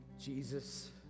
Jesus